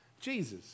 Jesus